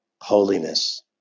Holiness